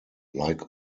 like